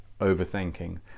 overthinking